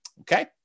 Okay